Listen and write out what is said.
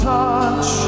touch